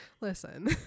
Listen